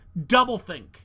doublethink